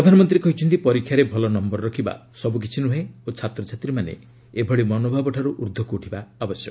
ପ୍ରଧାନମନ୍ତ୍ରୀ କହିଛନ୍ତି ପରୀକ୍ଷାରେ ଭଲ ନମ୍ଘର ରଖିବା ସବୁ କିଛି ନୁହେଁ ଓ ଛାତ୍ରଛାତ୍ରୀମାନେ ଏଭଳି ମନୋଭାବଠାରୁ ଊର୍ଦ୍ଧୃକ୍ ଉଠିବା ଉଚିତ୍